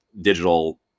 digital